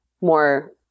more